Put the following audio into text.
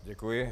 Děkuji.